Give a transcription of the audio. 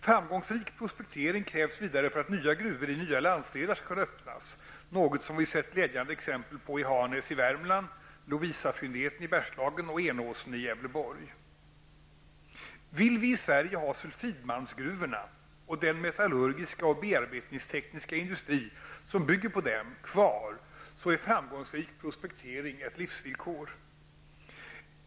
Framgångsrik prospektering krävs vidare för att nya gruvor i nya landsdelar skall kunna öppnas -- något som vi sett glädjande exempel på i Hanäs i Vill vi i Sverige ha sulfidmalmsgruvorna -- och den metallurgiska och bearbetningstekniska industri som bygger på dem kvar, är framgångsrik prospektering ett absolut livsvillkor.